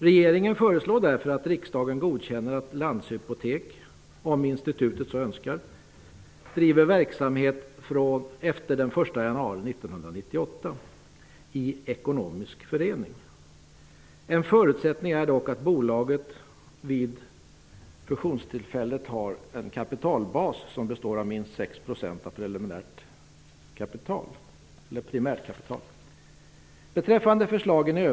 Regeringen föreslår därför att riksdagen godkänner att Landshypotek -- om institutet så önskar -- driver verksamhet efter den 1 januari 1998 i ekonomisk förening. En förutsättning är dock att bolaget vid fusionstillfället har en kapitalbas som består av minst 6 % av primärt kapital.